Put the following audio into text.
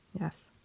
yes